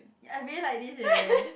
I really like this leh